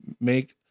make